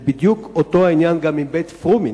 זה בדיוק אותו העניין גם עם בית-פרומין.